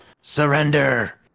Surrender